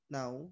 now